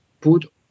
put